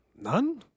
None